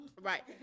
Right